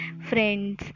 friends